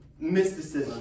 mysticism